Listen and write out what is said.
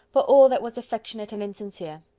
but all that was affectionate and insincere.